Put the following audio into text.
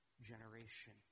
generation